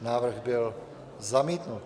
Návrh byl zamítnut.